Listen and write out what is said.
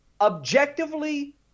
objectively